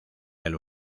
del